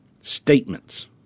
Statements